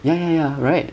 yeah yeah yeah right